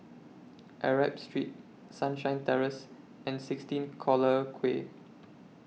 Arab Street Sunshine Terrace and sixteen Collyer Quay